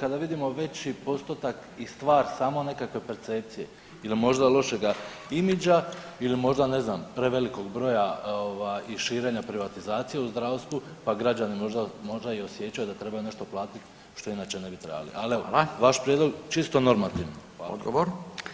kada vidimo veći postotak i stvar samo nekakve percepcije ili možda lošega imidža ili možda ne znam prevelikog broja ovaj i širenja privatizacije u zdravstvu, pa građani možda, možda i osjećaju da trebaju nešto platit što inače ne bi trebali, al evo vaš prijedlog čisto normativno.